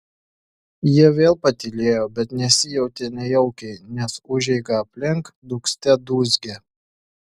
jie vėl patylėjo bet nesijautė nejaukiai nes užeiga aplink dūgzte dūzgė